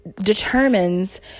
determines